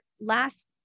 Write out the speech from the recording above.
last